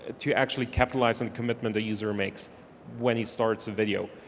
to actually capitalize on commitment the user makes when he starts a video.